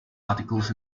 articles